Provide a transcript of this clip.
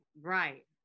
Right